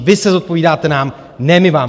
Vy se zodpovídáte nám, ne my vám.